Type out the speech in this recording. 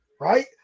right